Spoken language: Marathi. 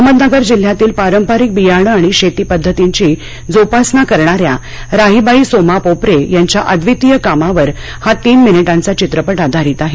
अहमदनगर जिल्ह्यातील पारंपरिक बियाणं आणि शेती पद्धतींची जोपासना करणाऱ्या राहिबाई सोमा पोपरे यांच्या अद्वीतिय कामावर हा तीन मिनिटांचा चित्रपट आधारित आहे